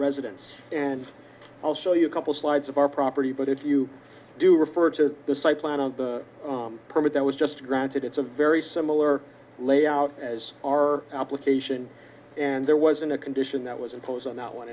residence and i'll show you a couple slides of our property but if you do refer to the site plan of the permit that was just granted it's a very similar layout as our application and there was in a condition that was imposed on that one